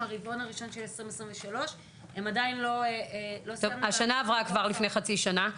עם הרבעון הראשון של 2023. השנה עברה כבר לפני חצי שנה.